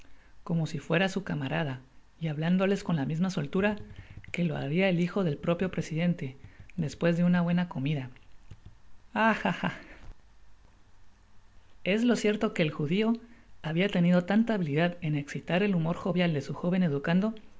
como si fuera su camarada y habiéndoles con la misma soltura que lo haria el h content from google book search generated at a jo del propio presidente despues de una buena comida van ah ah es lo cierto que el judio habia tenido tanta habilidad en exitar el humor jovial de su joven educando